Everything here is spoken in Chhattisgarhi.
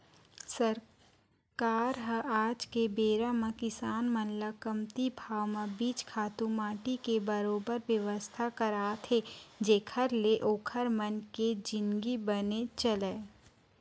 सरकार ह आज के बेरा म किसान मन ल कमती भाव म बीजा, खातू माटी के बरोबर बेवस्था करात हे जेखर ले ओखर मन के जिनगी बने चलय